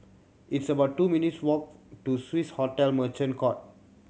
it's about two minutes' walk to Swiss Hotel Merchant Court